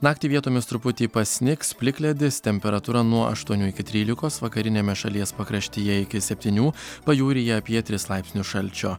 naktį vietomis truputį pasnigs plikledis temperatūra nuo aštuonių iki trylikos vakariniame šalies pakraštyje iki septynių pajūryje apie tris laipsnius šalčio